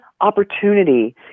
opportunity